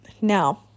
Now